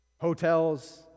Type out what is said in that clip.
hotels